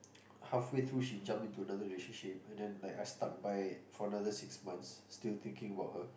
halfway through she jumped into another relationship and then like I stuck by for another six months still thinking about her